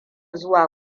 zuwa